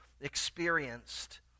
experienced